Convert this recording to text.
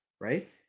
right